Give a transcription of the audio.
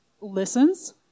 listens